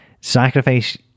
sacrifice